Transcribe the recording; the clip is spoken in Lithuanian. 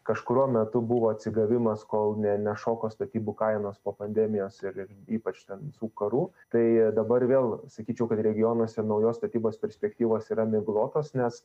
kažkuriuo metu buvo atsigavimas kol ne nešoko statybų kainos po pandemijos ir ir ypač ten visų karų tai dabar vėl sakyčiau kad regionuose naujos statybos perspektyvos yra miglotos nes